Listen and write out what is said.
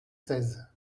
seize